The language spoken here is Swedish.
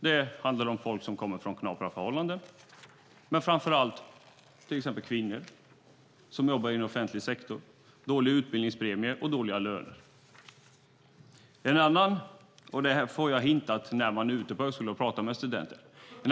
Det handlar om folk som kommer från knapra förhållanden, men framför allt till exempel kvinnor som jobbar inom offentlig sektor - dålig utbildningspremie och dåliga löner. Det här får jag hintat när jag är ute på högskolor och pratar med studenter.